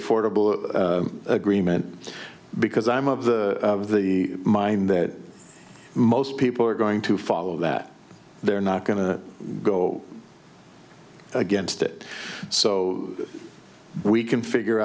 affordable agreement because i'm of the the mind that most people are going to follow that they're not going to go against it so we can figure